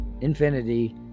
infinity